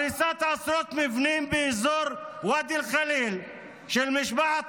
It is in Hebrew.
הריסת עשרות מבנים באזור ואדי אל-ח'ליל של משפחת